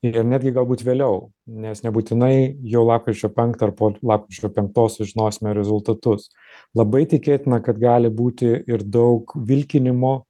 ir netgi galbūt vėliau nes nebūtinai jau lapkričio penktą ar po lapkričio penktosios žinosime rezultatus labai tikėtina kad gali būti ir daug vilkinimo